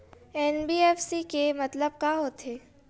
NBFC के मतलब का होथे?